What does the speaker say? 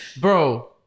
Bro